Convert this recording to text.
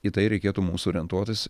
į tai reikėtų mums orientuotis